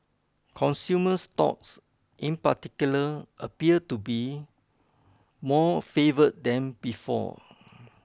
consumer stocks in particular appear to be more favoured than before